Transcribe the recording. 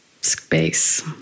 space